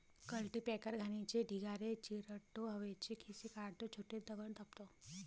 cultipacker घाणीचे ढिगारे चिरडतो, हवेचे खिसे काढतो, छोटे दगड दाबतो